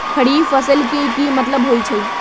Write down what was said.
खरीफ फसल के की मतलब होइ छइ?